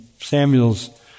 Samuel's